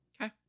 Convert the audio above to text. okay